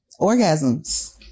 orgasms